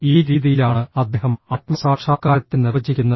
ഈ രീതിയിലാണ് അദ്ദേഹം ആത്മസാക്ഷാത്കാരത്തെ നിർവചിക്കുന്നത്